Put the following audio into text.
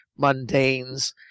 mundanes